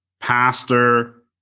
pastor